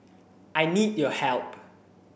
I need your help